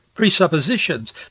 presuppositions